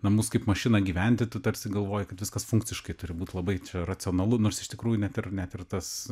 namus kaip mašiną gyventi tu tarsi galvoji kad viskas funkciškai turi būt labai čia racionalu nors iš tikrųjų net ir net ir tas